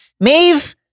Maeve